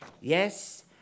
Yes